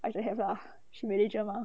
aisah have lah she manager mah